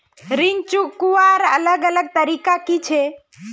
ऋण चुकवार अलग अलग तरीका कि छे?